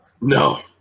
No